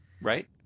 right